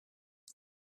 she